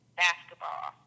basketball